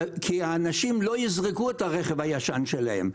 כי האנשים לא יזרקו את הרכב הישן שלהם.